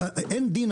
אין דין,